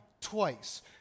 twice